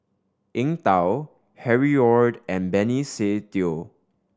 Eng Tow Harry Ord and Benny Se Teo